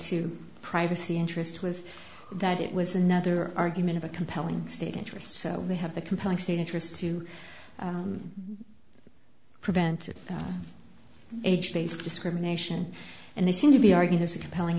to privacy interest was that it was another argument of a compelling state interest so they have the compelling state interest to preventive age based discrimination and they seem to be are he has a compelling